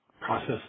process